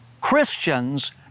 Christians